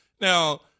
Now –